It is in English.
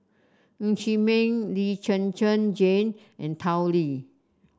Ng Chee Meng Lee Zhen Zhen Jane and Tao Li